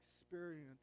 experience